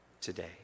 today